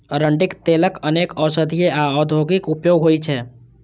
अरंडीक तेलक अनेक औषधीय आ औद्योगिक उपयोग होइ छै